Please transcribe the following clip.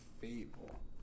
fable